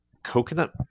coconut